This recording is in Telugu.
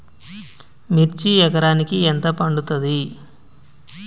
మిర్చి ఎకరానికి ఎంత పండుతది?